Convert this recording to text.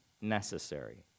necessary